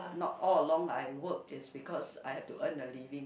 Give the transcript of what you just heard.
not all along I work is because I have to earn a living